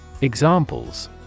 Examples